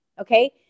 Okay